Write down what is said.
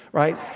right?